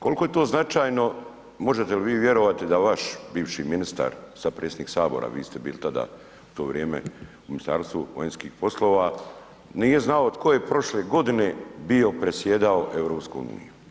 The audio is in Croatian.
Kolko je to značajno, možete li vi vjerovati da vaš bivši ministar, sad predsjednik HS, vi ste bili tada, u to vrijeme u Ministarstvu vanjskih poslova, nije znao tko je prošle godine bio predsjedao EU.